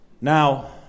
Now